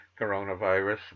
coronavirus